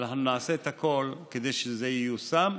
ואנחנו נעשה את הכול כדי שזה ייושם,